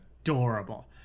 adorable